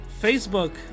facebook